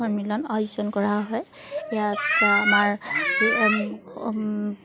সন্মিলন অয়োজন কৰা হয় ইয়াত আমাৰ